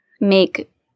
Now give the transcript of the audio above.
make